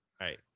Right